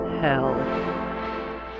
hell